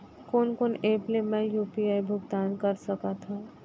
कोन कोन एप ले मैं यू.पी.आई भुगतान कर सकत हओं?